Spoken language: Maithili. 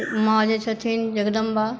माँ जे छथिन जगदंबा